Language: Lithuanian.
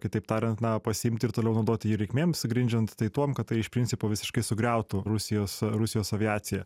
kitaip tariant na pasiimti ir toliau naudoti jį reikmėms grindžiant tai tuom kad tai iš principo visiškai sugriautų rusijos rusijos aviaciją